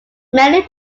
many